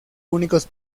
únicos